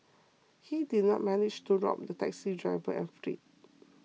he did not manage to rob the taxi driver and fled